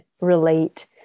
relate